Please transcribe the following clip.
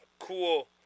Cool